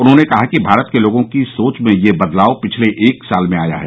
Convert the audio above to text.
उन्होंने कहा कि भारत के लोगों की सोच में यह बदलाव पिछले एक साल में आया है